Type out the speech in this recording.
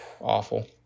Awful